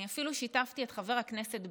אני אפילו שיתפתי את חבר הכנסת ביסמוט.